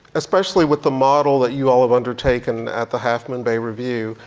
especially with the model that you all have undertaken at the half moon bay review,